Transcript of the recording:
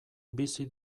bizi